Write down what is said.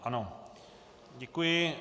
Ano, děkuji.